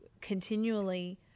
continually